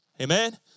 Amen